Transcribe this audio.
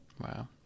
Wow